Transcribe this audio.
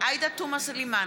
עאידה תומא סלימאן,